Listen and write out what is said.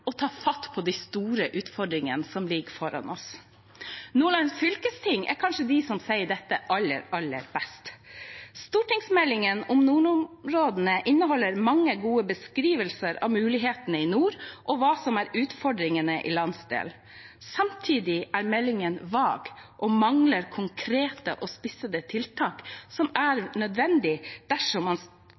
og ta fatt på de store utfordringene som ligger foran oss. Nordland fylkesting er kanskje de som sier dette aller best: Stortingsmeldingen om nordområdene inneholder mange gode beskrivelser av mulighetene i nord og hva som er utfordringene i landsdelen. Samtidig er meldingen vag og mangler konkrete og spissede tiltak som er nødvendige dersom